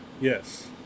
Yes